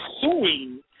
suing